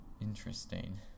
Interesting